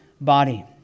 body